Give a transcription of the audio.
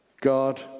God